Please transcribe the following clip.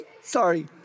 Sorry